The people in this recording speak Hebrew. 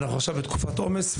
אנחנו עכשיו בתקופת עומס,